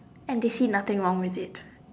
and they see nothing wrong with it